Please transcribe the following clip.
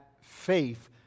faith